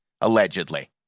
allegedly